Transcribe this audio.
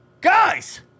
guys